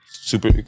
super